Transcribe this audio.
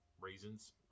reasons